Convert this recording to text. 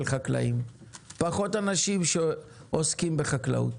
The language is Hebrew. פחות אנשים שעוסקים בתחום.